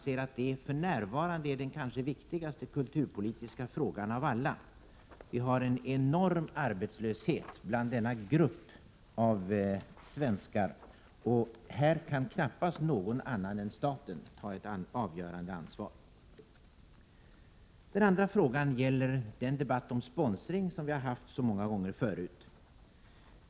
Vi anser att detta för närvarande är den kanske viktigaste kulturpolitiska frågan av alla. Det råder en enorm arbetslöshet i denna grupp, och knappast någon annan än staten kan ta ett avgörande ansvar. Den andra frågan gäller den debatt om sponsring som vi har haft så många gånger förut.